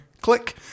click